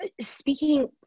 speaking